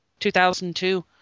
2002